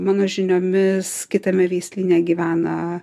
mano žiniomis kitame veislyne gyvena